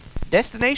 Destination